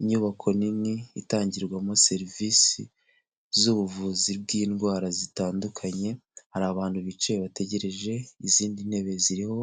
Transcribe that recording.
Inyubako nini itangirwamo serivisi z'ubuvuzi bw'indwara zitandukanye, hari abantu bicaye bategereje, izindi ntebe ziriho